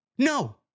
No